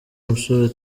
musore